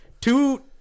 Two